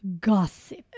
gossip